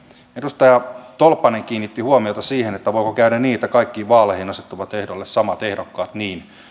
edustaja tolppanen kiinnitti huomiota siihen voiko käydä niin että kaikkiin vaaleihin asettuvat ehdolle samat ehdokkaat